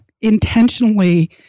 intentionally